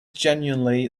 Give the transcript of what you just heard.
generally